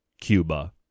Cuba